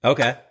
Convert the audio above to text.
Okay